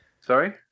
Sorry